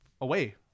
away